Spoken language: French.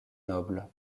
noble